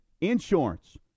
Insurance